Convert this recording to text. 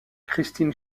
christine